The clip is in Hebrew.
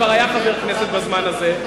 כבר היה חבר כנסת בזמן הזה,